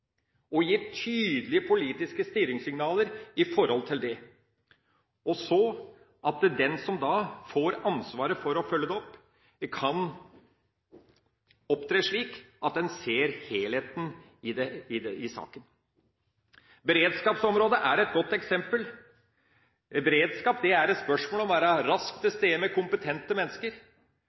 tydelige politiske styringssignaler om det, slik at den som får ansvaret for å følge det opp, kan opptre slik at en ser helheten i saken. Beredskapsområdet er et godt eksempel. Beredskap er et spørsmål om å være raskt til stede med kompetente mennesker.